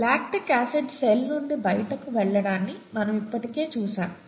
lactic acid cell నుండి బయటకు వెళ్లడాన్ని మనము ఇప్పటికే చూశాము